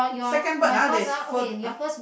second bird ah there's further !huh!